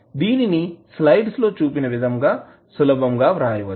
దీనిని స్లైడ్స్ లో చూపిన విధంగా సులభంగా వ్రాయచ్చు